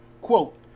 quote